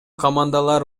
командалар